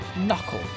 Knuckle